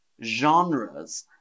genres